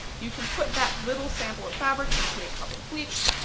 you can put that little sample of fabric into a cup of bleach,